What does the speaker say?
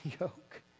yoke